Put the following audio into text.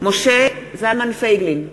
משה זלמן פייגלין,